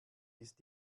ist